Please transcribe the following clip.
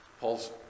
Paul's